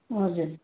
हजुर